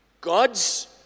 God's